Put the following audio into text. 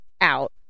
out